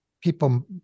people